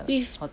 wit~